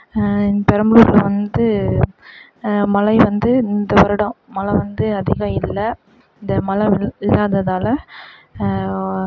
பெரம்பலூரில் வந்து மழை வந்து இந்த வருடம் மழை வந்து அதிகம் இல்லை இந்த மழை இல் இல்லாததால்